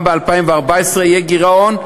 וגם ב-2014 יהיה גירעון,